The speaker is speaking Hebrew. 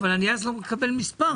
אז אני לא מקבל מספר.